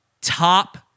top